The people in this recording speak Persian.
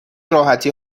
راحتی